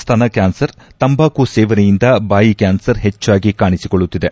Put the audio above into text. ಸ್ತನ ಕ್ಯಾನ್ಸರ್ ತಂಬಾಕು ಸೇವನೆಯಿಂದ ಬಾಯಿ ಕ್ಯಾನ್ಸರ್ ಹೆಚ್ಚಾಗಿ ಕಾಣಿಸಿಕೊಳ್ಳುತ್ತಿದೆ